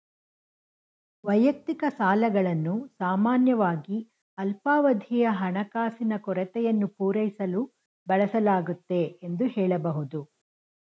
ವೈಯಕ್ತಿಕ ಸಾಲಗಳನ್ನು ಸಾಮಾನ್ಯವಾಗಿ ಅಲ್ಪಾವಧಿಯ ಹಣಕಾಸಿನ ಕೊರತೆಯನ್ನು ಪೂರೈಸಲು ಬಳಸಲಾಗುತ್ತೆ ಎಂದು ಹೇಳಬಹುದು